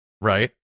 right